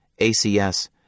ACS